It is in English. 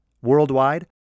worldwide